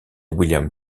william